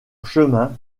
chemin